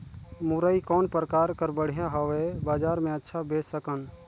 मुरई कौन प्रकार कर बढ़िया हवय? बजार मे अच्छा बेच सकन